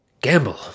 gamble